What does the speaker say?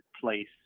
place